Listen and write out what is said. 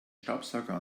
staubsauger